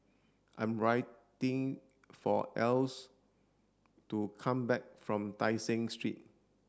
I'm writing for Else to come back from Tai Seng Street